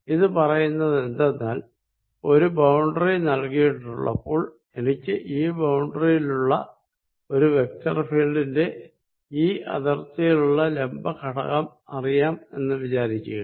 ഇത് പറയുന്നതെന്തെന്നാൽ ഒരു ബൌണ്ടറി നല്കിയിട്ടുള്ളപ്പോൾ എനിക്ക് ഈ ബൌണ്ടറിയിലുള്ള ഒരു വെക്ടർ ഫീൽഡ് ന്റെ ഈ അതിർത്തിയിലുള്ള ലംബ ഘടകം അറിയാം എന്ന് വിചാരിക്കുക